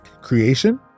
creation